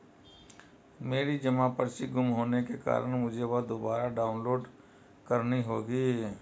मेरी जमा पर्ची गुम होने के कारण मुझे वह दुबारा डाउनलोड करनी होगी